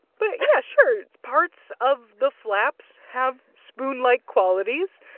but yeah, sure. parts of the flaps have spoon-like qualities.